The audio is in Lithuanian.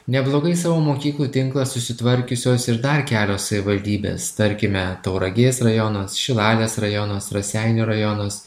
neblogai savo mokyklų tinklą susitvarkiusios ir dar kelios savivaldybės tarkime tauragės rajonas šilalės rajonas raseinių rajonas